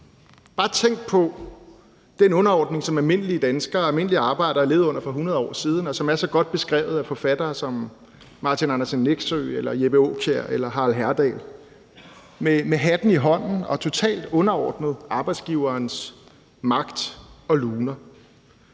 Bare tænk på den underordning, som almindelige danskere, almindelige arbejdere, levede under for hundrede år siden, og som er så godt beskrevet af forfattere som Martin Andersen Nexø, Jeppe Aakjær eller Harald Herdal, hvor arbejderne stod med hatten i hånden og var totalt underordnet arbejdsgiverens magt og luner.